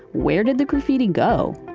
where did the graffiti go?